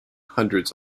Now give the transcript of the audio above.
hundreds